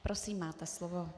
Prosím, máte slovo.